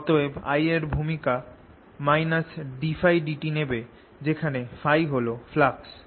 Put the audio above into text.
অতএব I এর ভূমিকা ddtՓ নেবে Փ হল ফ্লাক্স